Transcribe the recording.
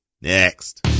Next